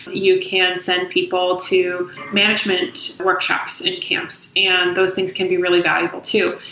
you can send people to management workshops and camps, and those things can be really valuable too.